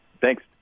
Thanks